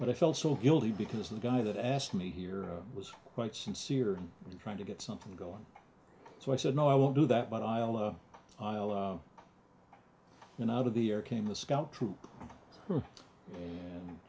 but i felt so guilty because the guy that asked me here was quite sincere in trying to get something going so i said no i won't do that but iowa and out of the year came a scout troop and